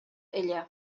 эле